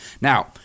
Now